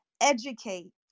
educate